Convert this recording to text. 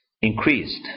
increased